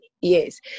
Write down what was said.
Yes